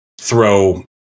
throw